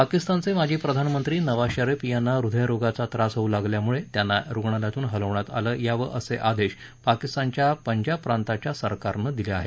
पाकिस्तानचे माजी प्रधानमंत्री नवाब शरीफ यांना ह्दय रोगाचा त्रास होऊ लागला असल्यामुळे त्यांना तुंरुगातून रुग्णालयात हलवण्यात यावं असे आदेश पाकिस्तानच्या पंजाब प्रातांच्या सरकारनं दिले आहेत